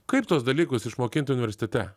kaip tuos dalykus išmokinti universitete